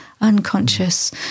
unconscious